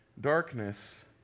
Darkness